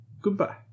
Goodbye